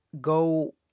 go